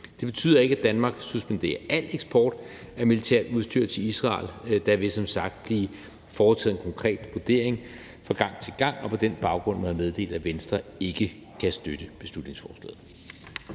Det betyder ikke, at Danmark suspenderer al eksport af militært udstyr til Israel. Der vil som sagt blive foretaget en konkret vurdering fra gang til gang. Og på den baggrund må jeg meddele, at Venstre ikke kan støtte beslutningsforslaget.